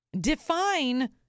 Define